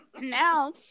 Now